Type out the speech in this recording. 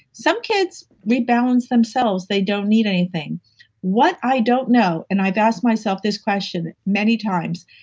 some kids rebalance themselves, they don't need anything what i don't know and i've asked myself this question many times,